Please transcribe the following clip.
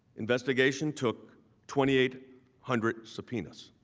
investigation took twenty eight hundred subpoenas.